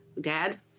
dad